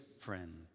friend